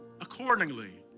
accordingly